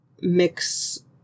Mix